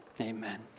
Amen